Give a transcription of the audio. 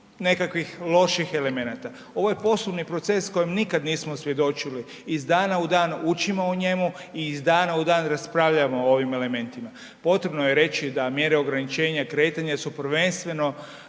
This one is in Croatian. nekakvih loših elemenata. Ovo je poslovni proces kojem nikada nismo svjedočili iz dana u dan učimo o njemu i iz dana o dan raspravljamo o ovim elementima. Potrebno je reći da mjere ograničenja kretanja su prvenstveno